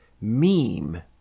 meme